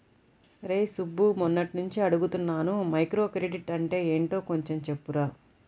రేయ్ సుబ్బు, మొన్నట్నుంచి అడుగుతున్నాను మైక్రోక్రెడిట్ అంటే యెంటో కొంచెం చెప్పురా